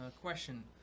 question